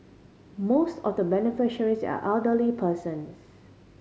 most of the beneficiaries are elderly persons